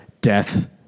death